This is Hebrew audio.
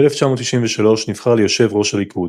ב-1993 נבחר ליושב ראש הליכוד.